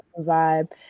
vibe